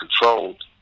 controlled